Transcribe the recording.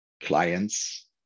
clients